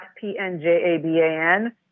P-N-J-A-B-A-N